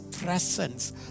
presence